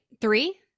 Three